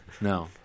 No